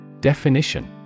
Definition